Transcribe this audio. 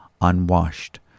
unwashed